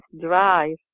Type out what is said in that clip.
drive